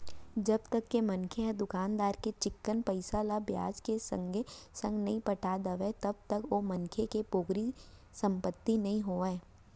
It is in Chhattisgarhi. जब तक के मनखे ह दुकानदार के चिक्कन पइसा ल बियाज के संगे संग नइ पटा देवय तब तक ओ मनखे के पोगरी संपत्ति नइ होवय